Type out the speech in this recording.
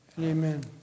Amen